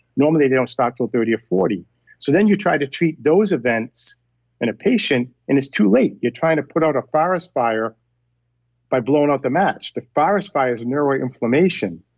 normally they don't start till thirty or forty point so then you try to treat those events in a patient and it's too late. you're trying to put out a forest fire by blowing out the match. the forest fire's neuroinflammation.